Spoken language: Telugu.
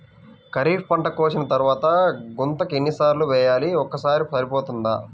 ఖరీఫ్ పంట కోసిన తరువాత గుంతక ఎన్ని సార్లు వేయాలి? ఒక్కసారి సరిపోతుందా?